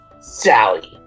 Sally